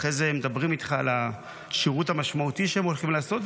אחרי זה הם מדברים איתך על השירות המשמעותי שהם הולכים לעשות,